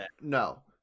no